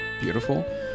Beautiful